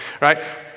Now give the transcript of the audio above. right